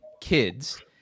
kids